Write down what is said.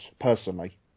personally